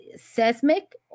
seismic